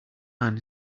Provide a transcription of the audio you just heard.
man